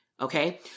Okay